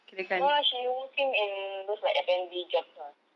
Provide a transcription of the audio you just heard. no lah she working in those like F&B jobs lah